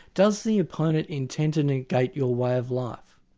does the opponent intend to negate your way of life?